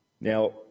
Now